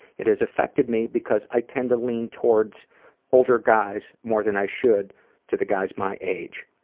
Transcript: it has affected me because i tend to lean towards older guys more than i should to the guys my age.